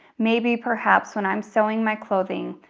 maybe perhaps when i'm sewing my clothing,